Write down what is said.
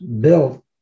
built